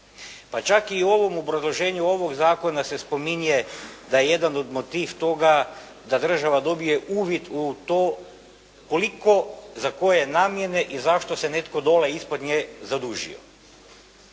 pa čak i u ovom obrazloženju ovog zakona se spominje da je jedan od motiv toga da država dobije uvid u to koliko za koje namjene i zašto se netko dole ispod nje zadužio.